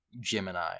gemini